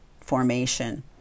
formation